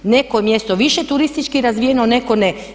Neko je mjesto više turistički razvijeno, neko ne.